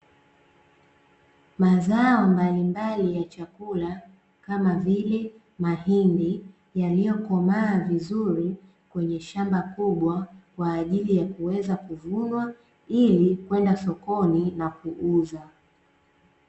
Mazao mbalimbali ya chakula kama vile mahindi, yaliyokomaa vizuri kwenye shamba kubwa kwa ajili ya kuweza kuvunwa, ili kwenda sokoni na kuuza.